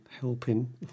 helping